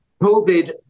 COVID